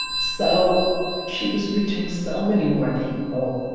so she was reaching so many more people